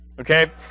okay